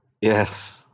yes